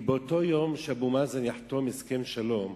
ביום שאבו מאזן יחתום הסכם שלום,